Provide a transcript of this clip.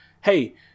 Hey